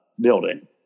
building